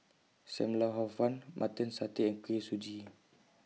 SAM Lau Hor Fun Mutton Satay and Kuih Suji